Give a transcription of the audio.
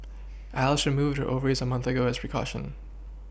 Alice removed her ovaries a month ago as precaution